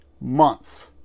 months